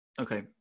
Okay